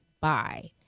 bye